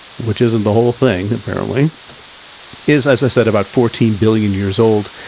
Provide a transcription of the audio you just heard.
which isn't the whole thing, apparently is as i said, about fourteen billion years old,